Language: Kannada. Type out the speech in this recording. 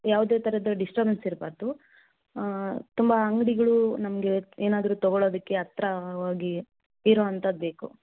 ಯಾವುದೇ ಥರದ ಡಿಸ್ಟರ್ಬೆನ್ಸ್ ಇರಬಾರದು ತುಂಬ ಅಂಗಡಿಗಳು ನಮಗೆ ಏನಾದರೂ ತೊಗೊಳೋದಕ್ಕೆ ಹತ್ತಿರವಾಗಿ ಇರುವಂಥದ್ಬೇಕು